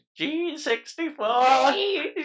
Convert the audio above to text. G64